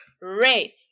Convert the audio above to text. race